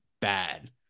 bad